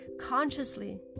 consciously